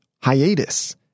hiatus